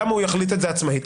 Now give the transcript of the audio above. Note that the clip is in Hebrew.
למה הוא יחליט עצמאית?